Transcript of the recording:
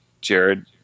Jared